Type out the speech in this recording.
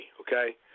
okay